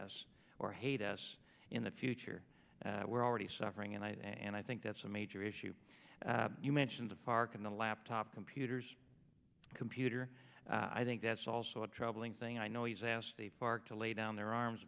us or hate us in the future we're already suffering and i and i think that's a major issue you mention the park and the laptop computers computer i think that's also a troubling thing i know he's asked the park to lay down their arms